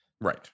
Right